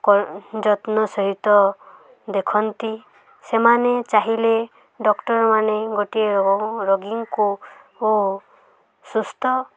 ଯତ୍ନ ସହିତ ଦେଖନ୍ତି ସେମାନେ ଚାହିଁଲେ ଡାକ୍ତରମାନେ ଗୋଟିଏ ରୋଗୀଙ୍କୁ ଓ ସୁସ୍ଥ